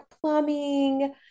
plumbing